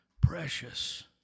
precious